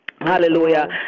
Hallelujah